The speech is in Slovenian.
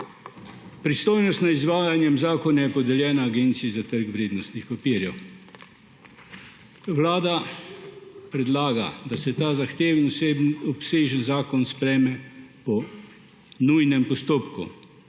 Pristojnostno izvajanje zakona je podeljena Agenciji za trg vrednostnih papirjev. Vlada predlaga, da se ta zahteven in obsežen zakon sprejme po nujnem postopku.